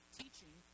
teaching